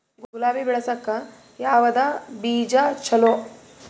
ಗುಲಾಬಿ ಬೆಳಸಕ್ಕ ಯಾವದ ಬೀಜಾ ಚಲೋ?